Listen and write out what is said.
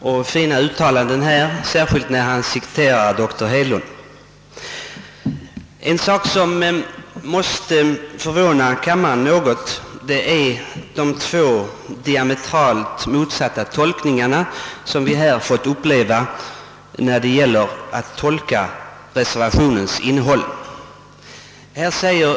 i synnerhet då han citerade doktor Hedlund. En sak som måste förvåna kammarens ledamöter något är de två diametralt motsatta tolkningar av mittenreservationens innehåll som vi fått höra.